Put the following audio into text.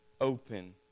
open